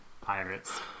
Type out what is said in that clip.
pirates